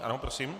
Ano, prosím.